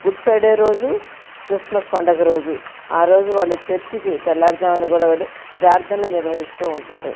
good Friday రోజు Christmas పండుగ రోజు ఆ రోజు వాళ్ళు చర్చికి తెల్లవారు జామున కుడా వెళ్ళి ప్రార్ధనలు నిర్వహిస్తూ ఉంటారు